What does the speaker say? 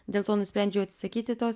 dėl to nusprendžiau atsisakyti tos